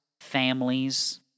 families